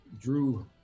Drew